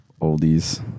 oldies